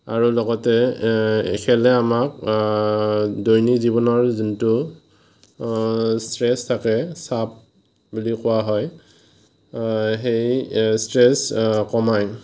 আৰু লগতে খেলে আমাক দৈনিক জীৱনৰ যোনটো ষ্ট্ৰেছ থাকে চাপ বুলি কোৱা হয় সেই ষ্ট্ৰেছ কমায়